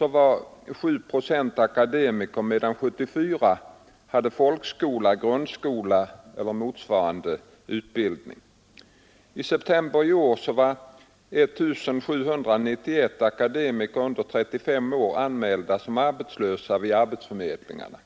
var 7 procent akademiker, medan 74 procent hade folkskola, grundskola eller motsvarande utbildning. I september i år var 1791 akademiker under 35 år anmälda som arbetslösa vid arbetsförmedlingarna.